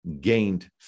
gained